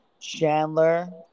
Chandler